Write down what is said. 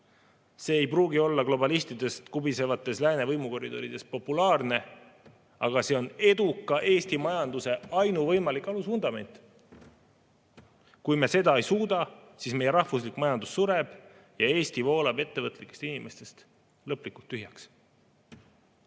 See ei pruugi olla globalistidest kubisevates lääne võimukoridorides populaarne, aga see on eduka Eesti majanduse ainuvõimalik alusvundament. Kui me seda ei suuda, siis meie rahvuslik majandus sureb ja Eesti voolab ettevõtlikest inimestest lõplikult tühjaks.